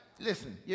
Listen